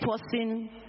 person